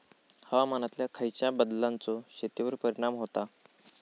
हवामानातल्या खयच्या बदलांचो शेतीवर परिणाम होता?